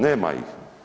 Nema ih.